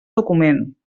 document